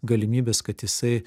galimybės kad jisai